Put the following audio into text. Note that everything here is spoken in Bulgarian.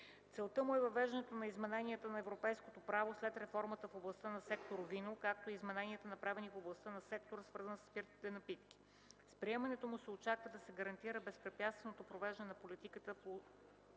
Целта му е въвеждането на измененията на европейското право след реформата в областта на сектор „Вино”, както и измененията, направени в областта на сектора, свързан със спиртните напитки. С приемането му се очаква да се гарантира безпрепятственото провеждане на политиката в